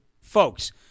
folks